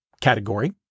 category